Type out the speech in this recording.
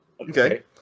Okay